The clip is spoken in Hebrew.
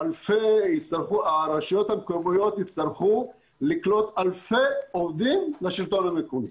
הרשויות המקומיות יצטרכו לקלוט אלפי עובדים לשלטון המקומי.